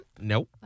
Nope